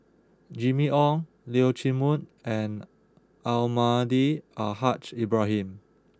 Jimmy Ong Leong Chee Mun and Almahdi Al Haj Ibrahim